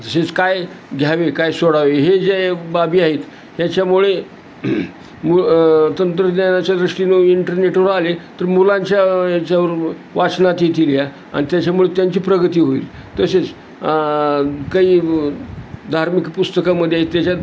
तसेच काय घ्यावे काय सोडावे हे जे बाबी आहेत ह्याच्यामुळे मु अ तंत्रज्ञानाच्या दृष्टीने इंटरनेटवर आले तर मुलांच्या याच्यावर वाचनात येतील या अन त्याच्यामुळे त्यांची प्रगती होईल तसेच काही धार्मिक पुस्तकामध्ये आहेत त्याच्यात